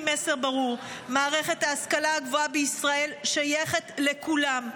מסר ברור: מערכת ההשכלה הגבוהה בישראל שייכת לכולם.